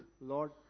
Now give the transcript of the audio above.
Lord